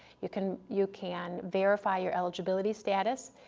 you can you can verify your eligibility status,